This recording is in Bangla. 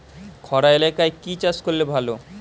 খরা এলাকায় কি চাষ করলে ভালো?